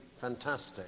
fantastic